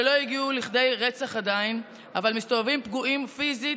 שלא הגיעו לכדי רצח עדיין אבל מסתובבים פגועים פיזית,